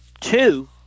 Two –